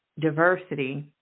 diversity